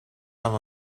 some